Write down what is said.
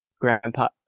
Grandpa